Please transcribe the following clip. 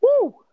Woo